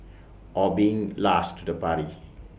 or being last to the party